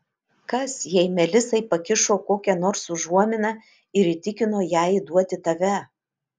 kas jei melisai pakišo kokią nors užuominą ir įtikino ją įduoti tave